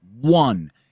one